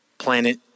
planet